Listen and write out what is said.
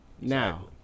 Now